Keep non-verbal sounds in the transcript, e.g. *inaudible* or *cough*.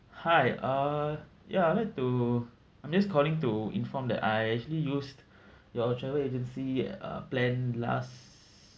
hi uh ya I'd like to I'm just calling to inform that I actually used *breath* your travel agency uh plan last